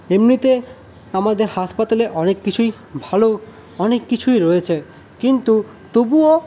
এমনিতে আমাদের হাসপাতালে অনেক কিছুই ভালো অনেক কিছুই রয়েছে কিন্তু তবুও